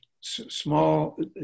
small